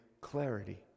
clarity